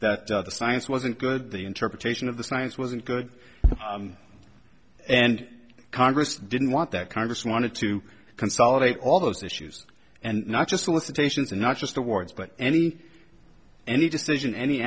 that the science wasn't good the interpretation of the science wasn't good and congress didn't want that congress wanted to consolidate all those issues and not just solicitations and not just awards but any any decision any